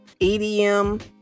EDM